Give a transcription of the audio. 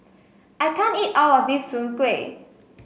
I can't eat all of this Soon Kway